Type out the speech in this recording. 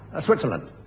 Switzerland